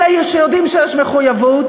אלה שיודעים שיש מחויבות,